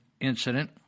incident